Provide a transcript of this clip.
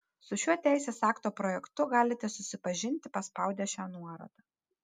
su šiuo teisės akto projektu galite susipažinti paspaudę šią nuorodą